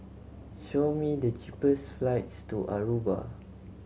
show me the cheapest flights to Aruba